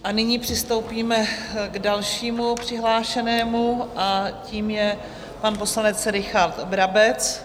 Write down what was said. A nyní přistoupíme k dalšímu přihlášenému a tím je pan poslanec Richard Brabec.